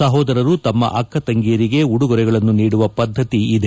ಸಹೋದರರು ತಮ್ಮ ಅಕ್ಕ ತಂಗಿಯರಿಗೆ ಉಡುಗೊರೆಗಳನ್ನು ನೀಡುವ ಪದ್ದತಿ ಇದೆ